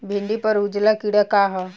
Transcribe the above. भिंडी पर उजला कीड़ा का है?